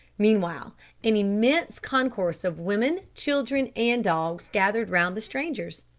meanwhile an immense concourse of women, children, and dogs gathered round the strangers,